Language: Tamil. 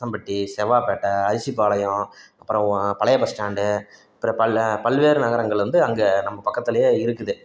செம்பட்டி செவ்வாபேட்டை அரிசிபாளையம் அப்புறம் ஓ பழைய பஸ் ஸ்டாண்டு அப்புறம் பல்லு பல்வேறு நகரங்கள் வந்து அங்கே நம்ம பக்கத்திலேயே இருக்குது